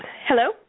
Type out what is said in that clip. Hello